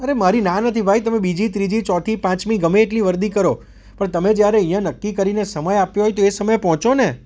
અરે મારી ના નથી ભાઈ તમે બીજી ત્રીજી ચોથી પાંચમી ગમે એટલી વરધી કરો પણ તમે જ્યારે અહીંયા નક્કી કરીને સમય આપ્યો હોય તો એ સમયે પહોંચો ને